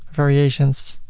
variations